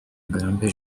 ngarambe